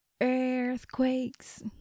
Earthquakes